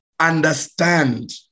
understand